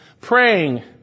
praying